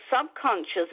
subconscious